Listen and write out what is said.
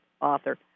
author